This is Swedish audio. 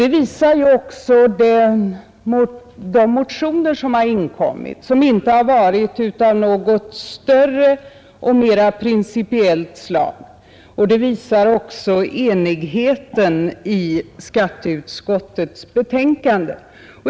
Det visar de motioner som har väckts och som inte varit av mera principiellt slag, och det framgår också av enigheten bakom skatteutskottets betänkande.